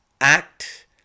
act